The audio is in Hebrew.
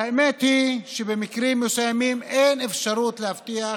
והאמת היא שבמקרים מסוימים אין אפשרות להבטיח